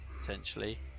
Potentially